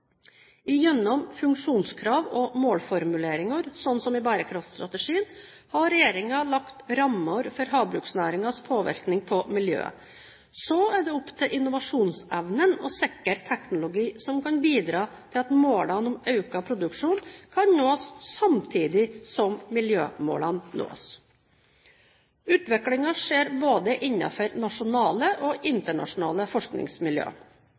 funksjonskrav og målformuleringer, slik som i bærekraftstrategien, har regjeringen lagt rammer for havbruksnæringens påvirkning på miljøet. Så er det opp til innovasjonsevnen å sikre teknologi som kan bidra til at målene om økt produksjon kan nås samtidig som miljømålene nås. Utviklingen skjer innenfor både nasjonale og internasjonale forskningsmiljø.